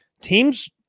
Teams